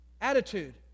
Attitude